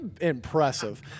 Impressive